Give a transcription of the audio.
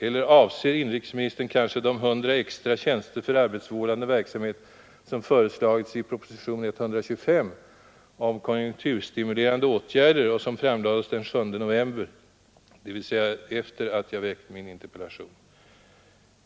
Eller avser inrikesministern kanske de 100 extra tjänster för arbetsvårdande verksamhet som föreslagits i proposition 125 om konjunkturstimulerande åtgärder, vilken framlades den 7 november, dvs. efter det att jag väckt min interpellation?